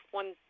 one